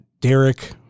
Derek